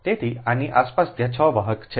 તેથી આની આસપાસ ત્યાં 6 વાહક છે